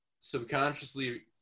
subconsciously –